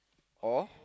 or